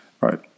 Right